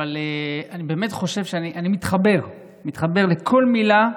אבל אני באמת חושב, אני מתחבר לכל מילה.